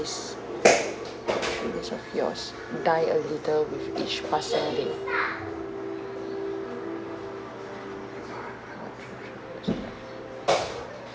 dreams of yours die a little with each passing day